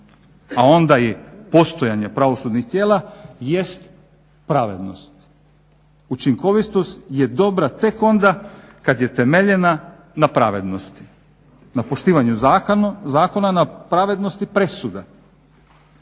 a onda i postojanje pravosudnih tijela jest pravednost. Učinkovitost je dobra tek onda kad je temeljena na pravednosti, na poštivanju zakona, na pravednosti presude.